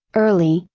early,